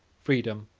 freedom,